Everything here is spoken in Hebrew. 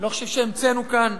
אני לא חושב שהמצאנו כאן